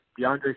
DeAndre